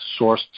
sourced